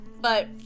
But-